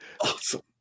Awesome